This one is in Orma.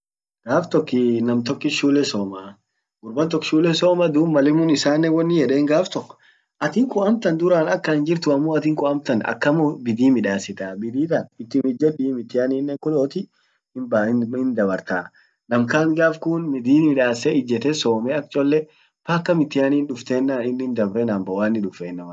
gaf tok nam tokkit shule some, gurban tok shule soma dub malimun issanen wonin yeden atinkun amtan duran akan hinjirtu lakini atinkun amtan akama bidii midasitaa .bidii tan itum ijjedi mtihanninen kuloti hindabarta nam kant gaf kun bidi midasse ijette some akcchole paka mtihanin duftennan inin dabre number one dufffe innama dur.